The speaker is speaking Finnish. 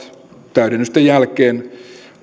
täydennysten jälkeen